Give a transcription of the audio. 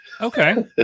Okay